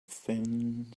thin